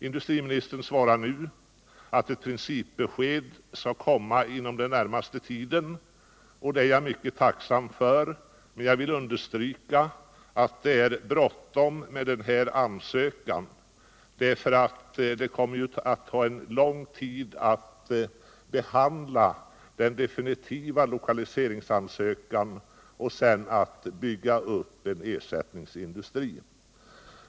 Industriministern svarar nu att ett principbesked skall komma inom den närmaste tiden, och det är jag mycket tacksam för. Men jag vill understryka att det är bråttom med behandlingen av den här ansökan. Det kommer nämligen att ta lång tid att behandla den definitiva lokaliseringsansökan och att därefter bygga upp en ersättningsindustri.